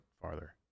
farther